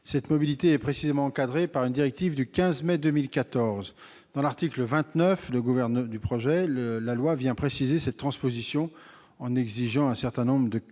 Cette mobilité est précisément encadrée par une directive du 15 mai 2014. L'article 29 vient préciser cette transposition en posant un certain nombre